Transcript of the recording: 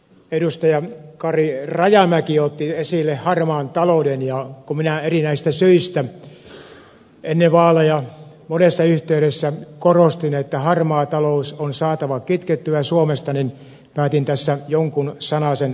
edustaja kari rajamäki otti esille harmaan talouden ja kun minä erinäisistä syistä ennen vaaleja monessa yhteydessä korostin että harmaa talous on saatava kitkettyä suomesta niin päätin tässä jonkun sanasen sanoa